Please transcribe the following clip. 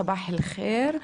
צבאח אלח'יר,